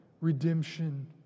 redemption